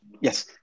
Yes